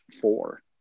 four